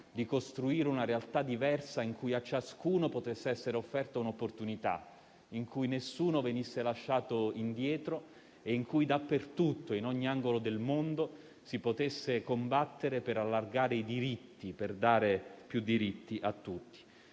di costruire una realtà diversa, in cui a ciascuno potesse essere offerta un'opportunità, in cui nessuno venisse lasciato indietro e in cui dappertutto, in ogni angolo del mondo, si potesse combattere per allargare i diritti, per dare più diritti a tutti.